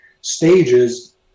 stages